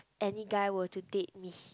any guy were to date me